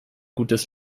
gutes